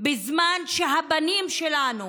בזמן שהבנים שלנו,